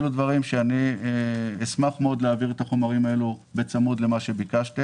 אלה דברים שאשמח מאוד להעביר את החומרים עליהם בצמוד אל מה שביקשתם.